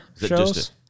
shows